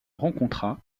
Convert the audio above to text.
rencontra